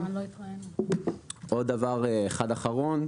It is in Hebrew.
עוד דבר אחד אחרון,